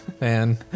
man